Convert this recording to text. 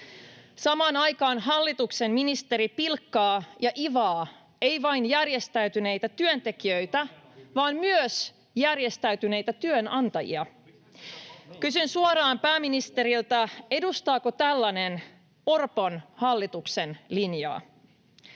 Samaan aikaan hallituksen ministeri pilkkaa ja ivaa ei vain järjestäytyneitä työntekijöitä vaan myös järjestäytyneitä työnantajia. Kysyn suoraan pääministeriltä: edustaako tällainen Orpon hallituksen linjaa?